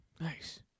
Nice